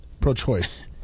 Pro-choice